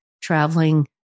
traveling